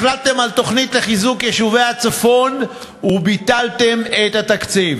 החלטתם על תוכנית לחיזוק יישובי הצפון וביטלתם את התקציב.